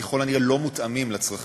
ככל הנראה לא מותאם לצרכים